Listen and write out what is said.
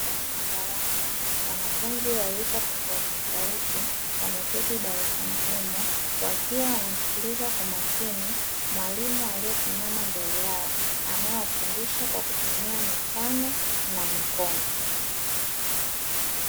Ndani ya darasa wanafunzi wa rika tofautitofauti wameketi darasani humo, wakiwa wanamsikiliza kwa makini mwalimu aliyesimama mbele yao anayewafundisha kwa kutumia mifano na mikono.